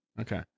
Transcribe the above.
Okay